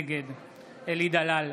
נגד אלי דלל,